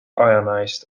ionized